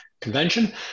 Convention